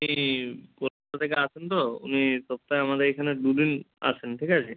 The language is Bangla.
উনি কলকাতা থেকে আসেন তো উনি সপ্তাহে আমাদের এইখানে দু দিন আসেন ঠিক আছে